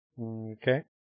Okay